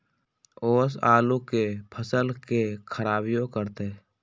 ओस आलू के फसल के खराबियों करतै?